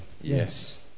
Yes